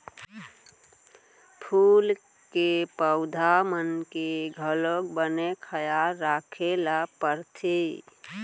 फूल के पउधा मन के घलौक बने खयाल राखे ल परथे